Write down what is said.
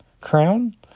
Crown